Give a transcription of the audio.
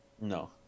No